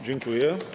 Dziękuję.